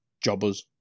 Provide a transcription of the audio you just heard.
jobbers